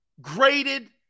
graded